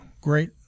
Great